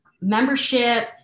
membership